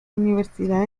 universidad